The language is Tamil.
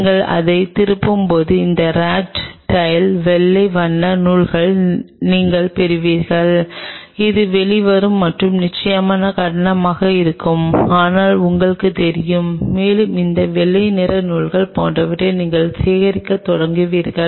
நீங்கள் அதை திருப்பும்போது இந்த ராட் டைல் வெள்ளை வண்ண நூல்களை நீங்கள் பெறுவீர்கள் இது வெளிவரும் மற்றும் நியாயமான தடிமனாக இருக்கும் ஆனால் உங்களுக்குத் தெரியும் மேலும் இந்த வெள்ளை நிற நூல்கள் போன்றவற்றை நீங்கள் சேகரிக்கத் தொடங்குவீர்கள்